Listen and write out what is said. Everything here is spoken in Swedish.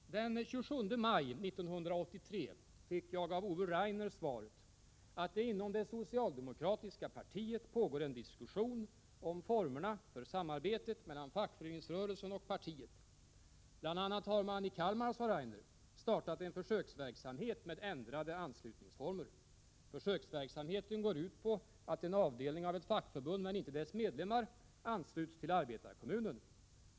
Den 27 maj 1983 fick jag av Ove Rainer svaret att det inom det socialdemokratiska partiet pågår en diskussion om formerna för samarbetet mellan fackföreningsrörelsen och partiet. Bl.a. har man i Kalmar, sade Rainer, startat en försöksverksamhet med ändrade anslutningsformer. Försöksverksamheten går ut på att en avdelning av ett fackförbund men inte dess medlemmar ansluts till arbetarkommunen.